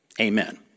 Amen